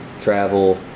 travel